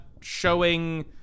showing